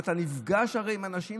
אתה הרי נפגש עם אנשים,